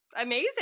amazing